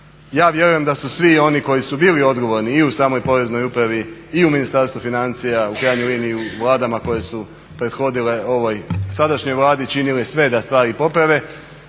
ja vjerujem da svi oni koji su bili odgovorni i u samoj Poreznoj upravi i u Ministarstvu financija u krajnjoj liniji i u vladama koje su prethodile ovoj sadašnjoj Vladi činili sve da stvari poprave,